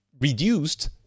reduced